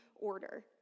order